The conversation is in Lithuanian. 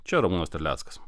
čia ramūnas terleckas